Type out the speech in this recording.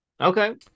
Okay